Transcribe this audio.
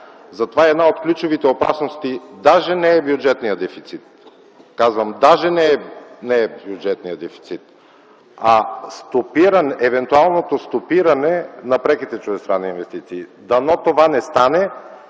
За това и една от ключовите опасности даже не е бюджетният дефицит. Казвам, даже не е бюджетният дефицит, а евентуалното стопиране на преките чуждестранни инвестиции. Дано това не стане,